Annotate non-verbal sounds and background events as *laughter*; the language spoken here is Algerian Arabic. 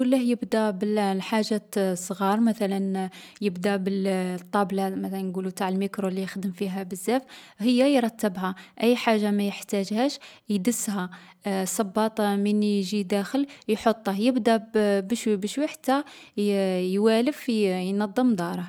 نقوله يبدا بالـ الحاجات الصغار، مثلا، يبدا بالـ *hesitation* الطابلة، مثلا نقولو نتاع الميكرو لي يخدم فيها بزاف، هي يرتبها. أي حاجة ما يحتاجهاش يدسها. *hesitation* الصباط من يجي داخل يحطه. يبدا بالشوي بالشوي حتى يـ يوالف يـ ينظم داره.